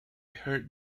heard